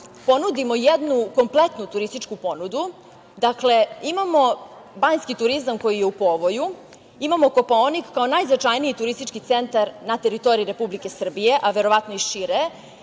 ponudimo jednu kompletnu turističku ponudu. Dakle, imamo banjski turizam koji je u povoju, imamo Kopaonik kao najznačajniji turistički centar na teritoriji Republike Srbije, a verovatno i šire